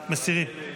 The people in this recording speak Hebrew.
מסירים.